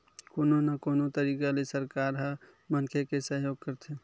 कोनो न कोनो तरिका ले सरकार ह मनखे के सहयोग करथे